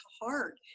heart